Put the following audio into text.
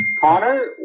Connor